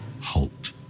halt